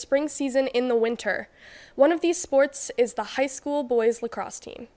spring season in the winter one of these sports is the high school boys lacrosse team